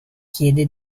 chiede